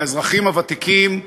של האזרחים הוותיקים,